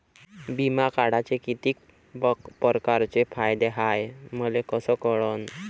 बिमा काढाचे कितीक परकारचे फायदे हाय मले कस कळन?